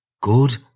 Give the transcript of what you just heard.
Good